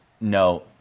No